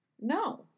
No